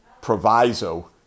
proviso